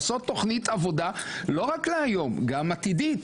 לעשות תוכנית עבודה לא רק להיום גם עתידית,